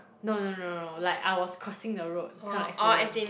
no no no no no like I was crossing the road kind of accident